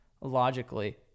logically